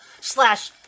slash